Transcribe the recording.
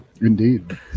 Indeed